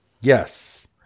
Yes